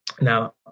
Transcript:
Now